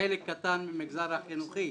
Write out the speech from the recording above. חלק קטן מהמגזר החינוכי.